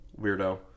Weirdo